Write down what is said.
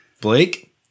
Blake